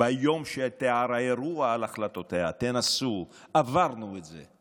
ביום שתערערו על החלטותיה, תנסו, עברנו את זה,